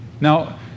Now